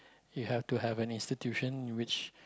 you have to have an institution in which